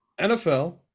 NFL